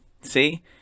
See